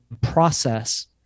process